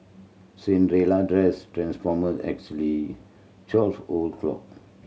Cinderella dress transformed exactly twelve o' clock